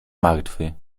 martwy